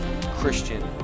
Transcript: Christian